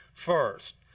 First